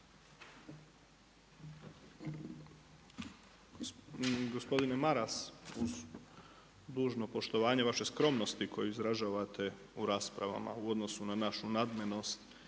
Gospodine Maras, uz dužno poštovanje vaše skromnosti koju izražavate u raspravama u odnosu nad našu nadmenost